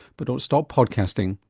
but don't stop podcasting.